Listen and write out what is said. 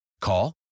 Call